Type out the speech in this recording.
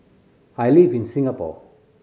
I live in Singapore